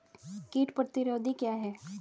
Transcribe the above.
कीट प्रतिरोधी क्या है?